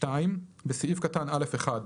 (2)בסעיף קטן (א1)